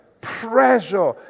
Pressure